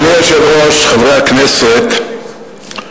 אדוני היושב-ראש, חברי הכנסת,